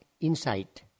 insight